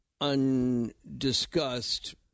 undiscussed